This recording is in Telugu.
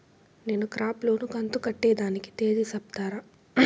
నేను క్రాప్ లోను కంతు కట్టేదానికి తేది సెప్తారా?